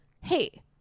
hey